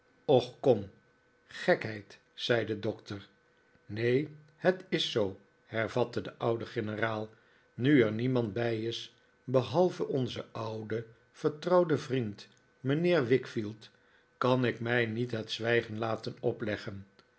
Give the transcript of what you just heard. och kom gekheid zei de doctor neen neen het is zoo hervatte de oude generaal nu er niemand bij is behalve onze oude vertrouwde vriend mijnheer wickfield kan ik mij niet het zwijgen laten opleggen